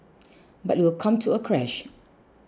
but it will come to a crash